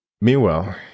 meanwhile